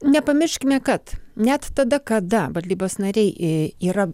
nepamirškime kad net tada kada valdybos nariai į yra